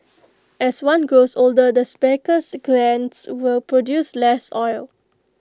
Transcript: as one grows older the sebaceous glands will produce less oil